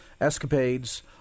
escapades